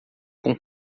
com